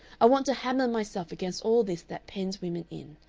i want to hammer myself against all this that pens women in.